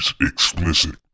explicit